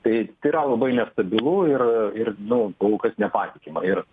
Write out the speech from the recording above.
tai tai yra labai nestabilu ir ir nu kol kas nepatikima ir